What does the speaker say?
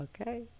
okay